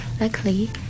Luckily